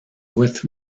with